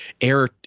air